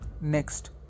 Next